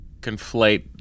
conflate